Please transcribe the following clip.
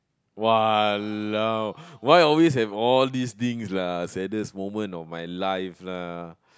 !walao! why always have all these things lah saddest moment of my life lah